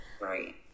Right